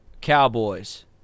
Cowboys